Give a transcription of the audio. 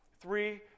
three